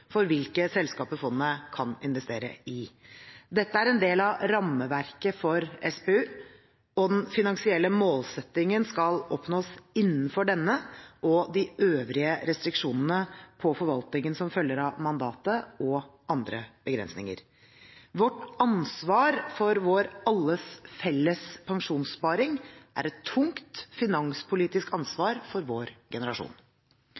for hvilke selskaper fondet kan investere i. Dette er en del av rammeverket for SPU, og den finansielle målsettingen skal oppnås innenfor denne og de øvrige restriksjonene på forvaltningen som følger av mandatet, og andre begrensninger. Vårt ansvar for vår alles, felles pensjonssparing er et tungt finanspolitisk ansvar for vår generasjon.